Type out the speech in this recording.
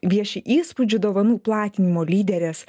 vieši įspūdžių dovanų platinimo lyderės